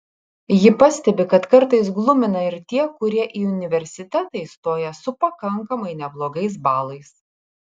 ji pastebi kad kartais glumina ir tie kurie į universitetą įstoja su pakankamai neblogais balais